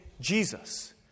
Jesus